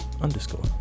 underscore